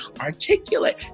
articulate